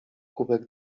kubek